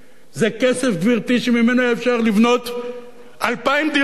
זה כסף, גברתי, שממנו אפשר לבנות 2,000 דירות.